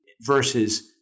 versus